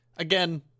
Again